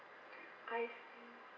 I see